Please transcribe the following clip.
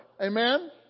Amen